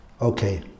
Okay